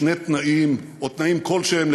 שני תנאים או תנאים כלשהם,